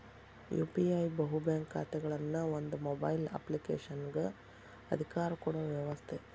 UPI ಬಹು bank ಖಾತೆಗಳನ್ನ ಒಂದ ಮೊಬೈಲ್ ಅಪ್ಲಿಕೇಶನಗ ಅಧಿಕಾರ ಕೊಡೊ ವ್ಯವಸ್ತ